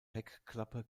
heckklappe